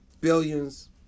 billions